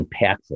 impactful